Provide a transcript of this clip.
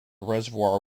reservoir